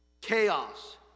Chaos